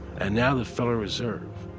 and now the federal reserve,